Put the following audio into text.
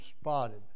spotted